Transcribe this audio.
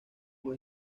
con